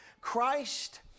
Christ